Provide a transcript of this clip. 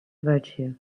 virtue